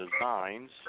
designs